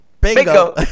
Bingo